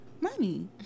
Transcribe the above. money